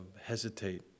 hesitate